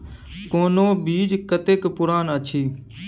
कोनो बीज कतेक पुरान अछि?